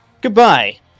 Goodbye